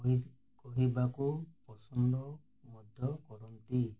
କହିବାକୁ ପସନ୍ଦ ମଧ୍ୟ କରନ୍ତି